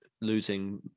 losing